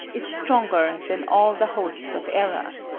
is stronger than all the hosts of error.